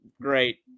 great